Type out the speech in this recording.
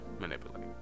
manipulate